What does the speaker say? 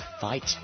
Fight